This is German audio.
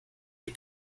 die